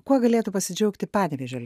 kuo galėtų pasidžiaugti panevėžio